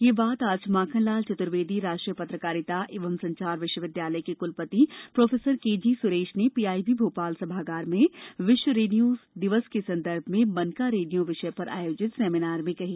यह बात आज माखनलाल चत्र्वेदी राष्ट्रीय पत्रकारिता एवं संचार विश्वविदयालय के कुलपति प्रो केजी स्रेश ने पीआईबी भोपाल सभागार में विश्व रेडियो दिवस के संदर्भ में मन का रेडियो विषय पर आयोजित सेमिनार में कही